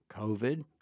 COVID